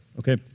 Okay